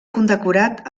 condecorat